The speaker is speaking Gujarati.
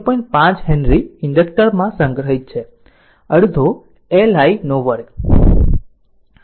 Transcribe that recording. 5 હેનરી ઇન્ડક્ટર માં સંગ્રહિત છે તે અડધો L I0 L 0 વર્ગ છે